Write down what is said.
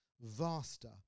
Vaster